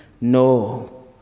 no